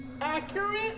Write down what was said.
Accurate